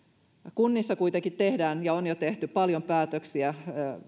kunnissa kuitenkin tehdään ja on jo tehty paljon päätöksiä